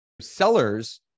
sellers